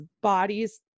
bodies